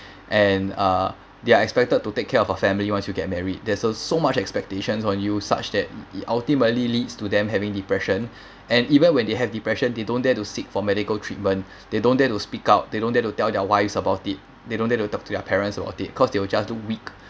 and uh they are expected to take care of the family once you get married there's uh so much expectations on you such that it ultimately leads to them having depression and even when they have depression they don't dare to seek for medical treatment they don't dare to speak out they don't dare to tell their wives about it they don't talk to their parents about it cause they will just look weak